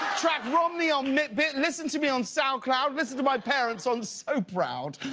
track romney on mittbit. listen to me on soundcloud. listen to my parents on so soproud.